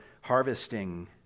harvesting